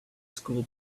school